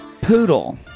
Poodle